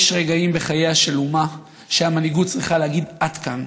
יש רגעים בחייה של אומה שהמנהיגות צריכה להגיד: עד כאן.